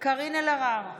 קארין אלהרר,